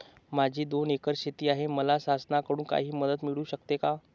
माझी दोन एकर शेती आहे, मला शासनाकडून काही मदत मिळू शकते का?